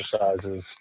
exercises